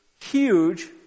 huge